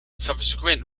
subsequent